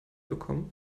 bekommen